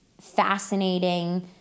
fascinating